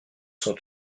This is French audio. sont